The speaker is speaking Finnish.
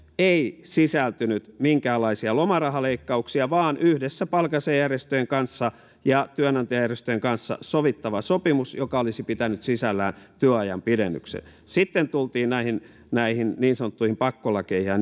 ei sisältynyt minkäänlaisia lomarahaleikkauksia vaan yhdessä palkansaajajärjestöjen kanssa ja työnantajajärjestöjen kanssa sovittava sopimus joka olisi pitänyt sisällään työajan pidennyksen sitten tultiin näihin niin sanottuihin pakkolakeihin ja